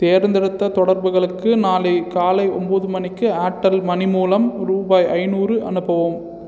தேர்ந்தெடுத்த தொடர்புகளுக்கு நாளை காலை ஒம்பது மணிக்கு ஆர்டெல் மனி மூலம் ருபாய் ஐந்நூறு அனுப்பவும்